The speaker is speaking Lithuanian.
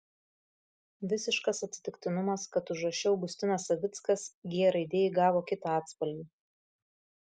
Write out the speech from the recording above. visiškas atsitiktinumas kad užraše augustinas savickas g raidė įgavo kitą atspalvį